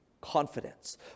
confidence